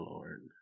Lord